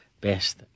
best